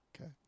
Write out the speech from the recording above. okay